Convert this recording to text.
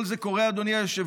כל זה קורה, אדוני היושב-ראש,